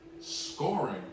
scoring